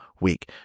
week